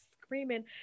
screaming